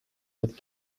with